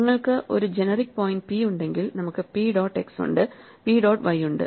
നിങ്ങൾക്ക് ഒരു generic point p ഉണ്ടെങ്കിൽ നമുക്ക് p dot x ഉണ്ട് p dot y ഉണ്ട്